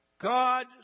God